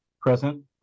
Present